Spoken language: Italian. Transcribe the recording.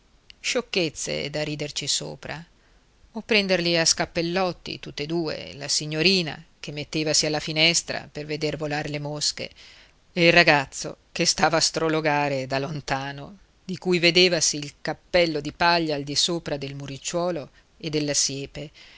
sciocchezze da riderci sopra o prenderli a scappellotti tutt'e due la signorina che mettevasi alla finestra per veder volare le mosche e il ragazzo che stava a strologare da lontano di cui vedevasi il cappello di paglia al disopra del muricciuolo o della siepe